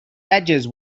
edges